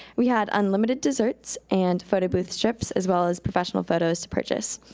we had unlimited desserts and photo booth trips, as well as professional photos to purchase.